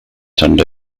turned